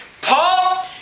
Paul